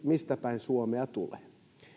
mistäpäin suomea hän tulee